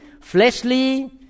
fleshly